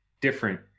different